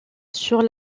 sur